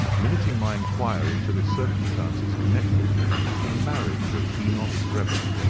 limiting my enquiry to the circumstances connected with the marriage of enoch drebber.